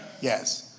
Yes